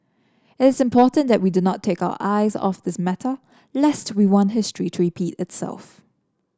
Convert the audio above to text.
it's important that we do not take our eyes off this matter lest we want history to repeat itself